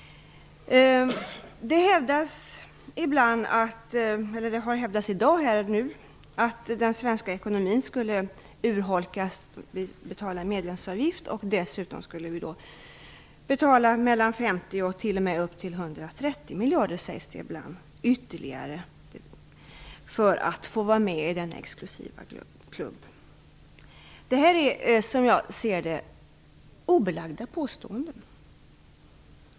Det har hävdats här i dag att den svenska ekonomin skulle urholkas. Vi skulle betala medlemsavgift och dessutom skulle vi betala mellan 50 och upp till 130 miljarder ytterligare sägs det ibland för att få vara med i denna exklusiva klubb. Det här är som jag ser det obelagda påståenden.